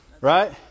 Right